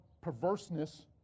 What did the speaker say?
perverseness